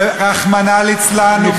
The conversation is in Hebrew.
רחמנא ליצלן.